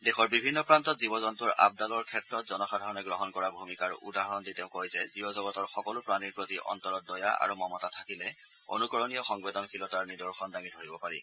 দেশৰ বিভিন্ন প্ৰান্তত জীৱ জন্তুৰ আপডালৰ ক্ষেত্ৰত জনসাধাৰণে গ্ৰহণ কৰা ভূমিকাৰ উদাহৰণ দাঙি ধৰি তেওঁ কয় যে জীৱজগতৰ সকলো প্ৰাণীৰ প্ৰতি অন্তৰত দয়া আৰু মমতা থাকিলে অনুকৰণীয় সংবেদনশীলতাৰ নিদৰ্শন দাঙি ধৰিব পাৰি